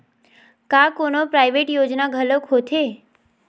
का कोनो प्राइवेट योजना घलोक होथे?